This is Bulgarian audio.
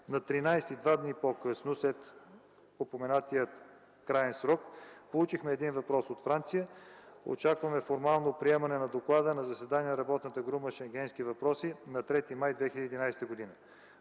– два дни по-късно след упоменатия краен срок, получихме един въпрос от Франция. Очакваме формално приемане на доклада на заседание на работната група „Шенгенски въпроси” на 3 май 2011 г.